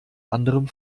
anderem